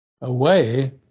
away